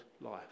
life